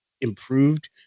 improved